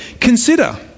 consider